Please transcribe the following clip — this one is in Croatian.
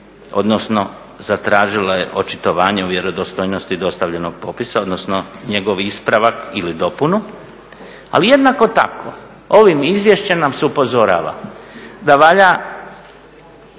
odnosno zatražila je očitovanje o vjerodostojnosti dostavljenog popisa, odnosno njegov ispravak ili dopunu. Ali jednako tako ovim izvješćem nas upozorava da valja